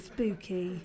Spooky